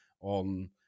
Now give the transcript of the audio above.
on